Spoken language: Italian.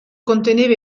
conteneva